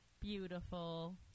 beautiful